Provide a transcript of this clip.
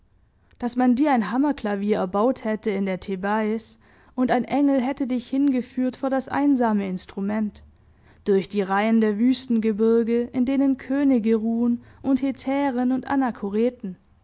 daß man dir ein hammerklavier erbaut hätte in der thebas und ein engel hätte dich hingeführt vor das einsame instrument durch die reihen der wüstengebirge in denen könige ruhen und hetären und